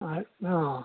ಆಯ್ತ್ ಹಾಂ